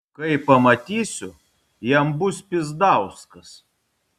kai pamatysiu jam bus pyzdauskas